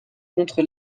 contre